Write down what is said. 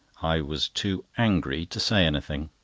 i was too angry to say anything.